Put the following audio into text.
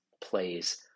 plays